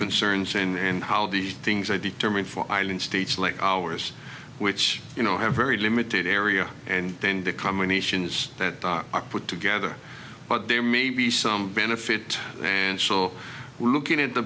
concerns and how these things i determine for eileen states like ours which you know have very limited area and then the combinations that are put together but there may be some benefit and so we're looking at the